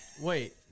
Wait